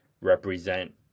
represent